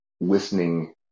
Listening